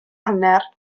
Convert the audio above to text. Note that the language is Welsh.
hanner